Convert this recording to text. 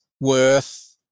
worth